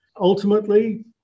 Ultimately